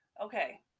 Okay